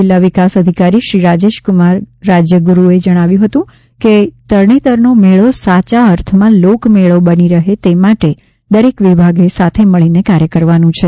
જિલ્લા વિકાસ અધિકારી શ્રી રાજેશક્રમાર રાજ્યગુરૂએ જણાવ્યું છે કે તરણેતરનો મેળો સાચા અર્થમાં લોકમેળો બની રહે તે માટે દરેક વિભાગે સાથે મળીને કાર્ય કરવાનું છે